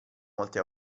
molte